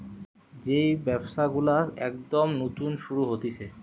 যেই ব্যবসা গুলো একদম নতুন শুরু হতিছে